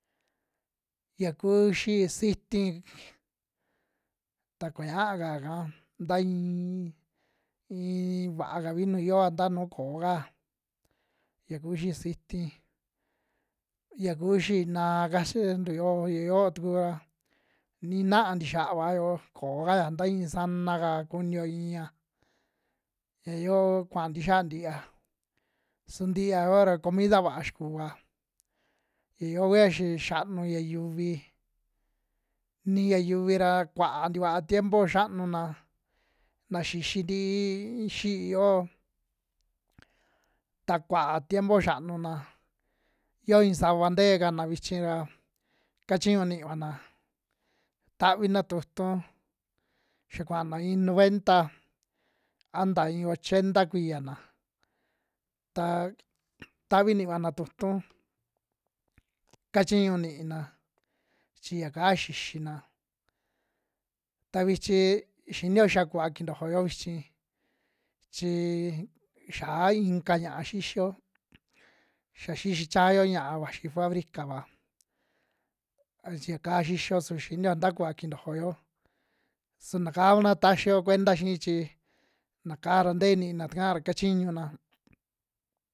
Ya kuu xi'í siti ta kuñaaka kaa ntaa iin, iin vaa kavi nu yoa ta nuu kooka'a yaku xi'í siti, ya ku xi'í na'a kachentu yoo ya too tuku ra ni naa ntixiaava yo'o koo kaya nta iin sanaka kunio iiña ya yoo kua ntixia ntiiya, su ntia yoo ra comida vaa xikua, ya yoo kua xi xanuu ya yuvii, ni ya yuvi ra kuaa tikua tiempo xanuna, na xixi ntii xi'í yoo ta kuaa tiempo xanuna yo iin sava ntee kana vichiva, kachiñu niivana tavina tu'utu xia kuaana iin noventa a nta iin ochenta kuiyana, ta tavi niivana tu'utu kachiñu niina chi yaka xixina, ta vichi xinio xa kuva kintojoyo vichi chii xa inka ña'a xixi'o xa xixi chaayo ña'a vaxi fabricava a chi yaka xixiyo su xinio nta kuva kintojoyo su na kaa kuna taxio cuenta xii chi na kaa ra ntee niina taka ra kachiñuna.